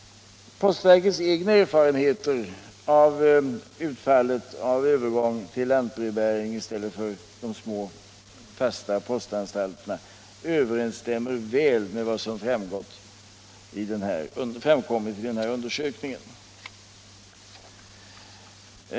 Postverkets egna erfarenheter av utfallet av övergång till lantbrevbäring i stället för att ha små fasta postanstalter överensstämmer väl med vad som framkommit i den här undersökningen.